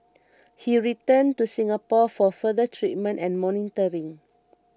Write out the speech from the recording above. he returned to Singapore for further treatment and monitoring